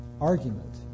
argument